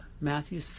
Matthew